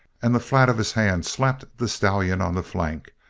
and the flat of his hand slapped the stallion on the flank.